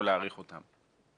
או להאריך אותן.